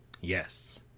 yes